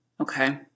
okay